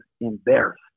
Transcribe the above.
embarrassed